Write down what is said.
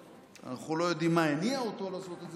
אנחנו לא יודעים מה הניע אותו לעשות את זה ברגע האחרון,